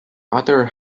other